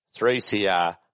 3CR